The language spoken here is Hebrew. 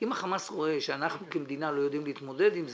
אם החמאס רואה שאנחנו כמדינה לא יודעים להתמודד עם זה,